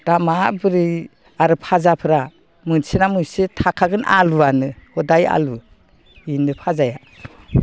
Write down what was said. दा माबोरै आरो फाजाफ्रा मोनसे ना मोनसे थाखागोन आलुवानो हदाय आलु बिनो फाजाया